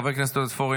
חבר הכנסת עודד פורר,